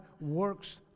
works